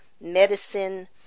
medicine